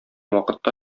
вакытта